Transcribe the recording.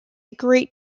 great